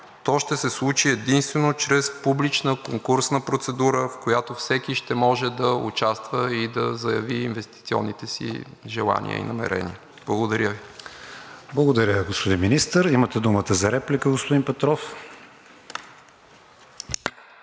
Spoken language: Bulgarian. то ще се случи единствено чрез публична конкурсна процедура, в която всеки ще може да участва и да заяви инвестиционните си желания и намерения. Благодаря Ви. ПРЕДСЕДАТЕЛ КРИСТИАН ВИГЕНИН: Благодаря, господин Министър. Имате думата за реплика, господин Петров. ПЕТЪР